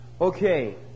Okay